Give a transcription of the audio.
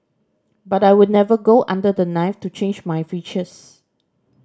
but I would never go under the knife to change my features